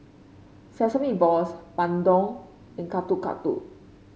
Sesame Balls bandung and Getuk Getuk